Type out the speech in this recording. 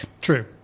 True